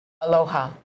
Aloha